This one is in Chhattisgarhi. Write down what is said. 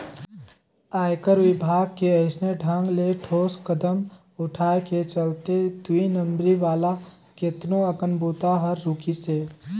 आयकर विभाग के अइसने ढंग ले ठोस कदम उठाय के चलते दुई नंबरी वाला केतनो अकन बूता हर रूकिसे